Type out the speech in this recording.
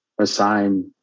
assign